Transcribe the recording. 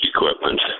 equipment